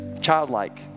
Childlike